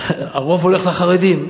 הרוב הולך לחרדים.